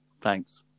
Thanks